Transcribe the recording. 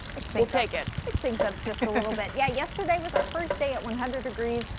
it's it's a taken things things up just a little bit yeah yesterday was our first day at one hundred degrees.